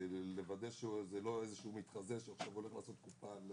לוודא שהוא לא איזה מתחזה שעכשיו הולך לעשות קופה על